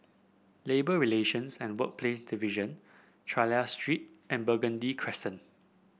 Labour Relations and Workplaces Division Chulia Street and Burgundy Crescent